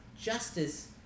justice